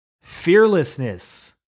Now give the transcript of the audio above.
fearlessness